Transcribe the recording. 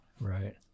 right